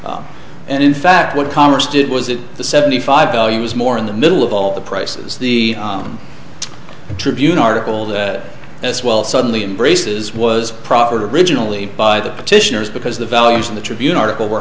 sara and in fact what congress did was it the seventy five values more in the middle of all the prices the tribune article that as well suddenly embraces was proffered originally by the petitioners because the values in the tribune article were